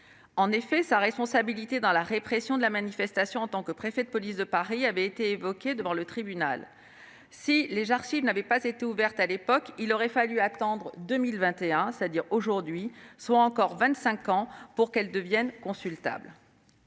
En effet, sa responsabilité dans la répression de la manifestation en tant que préfet de police de Paris avait été évoquée devant le tribunal. Si les archives n'avaient pas été ouvertes à l'époque, il aurait fallu attendre 2021, soit encore vingt-cinq ans, pour qu'elles deviennent consultables.